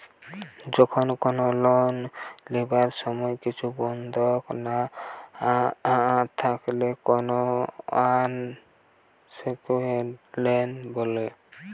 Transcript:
যখন কোনো লোন লিবার সময় কিছু বন্ধক না থাকলে তাকে আনসেক্যুরড লোন বলে